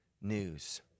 news